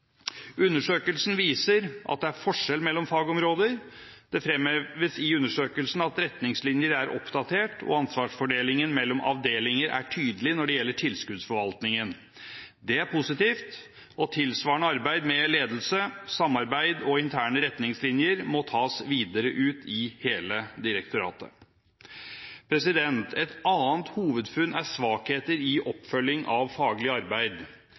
Undersøkelsen viser at det er forskjell mellom fagområder. Det fremheves i undersøkelsen at retningslinjer er oppdatert, og ansvarsfordelingen mellom avdelinger er tydelig når det gjelder tilskuddsforvaltningen. Det er positivt. Tilsvarende arbeid med ledelse, samarbeid og interne retningslinjer må tas videre ut i hele direktoratet. Et annet hovedfunn er svakheter i oppfølging av faglig arbeid.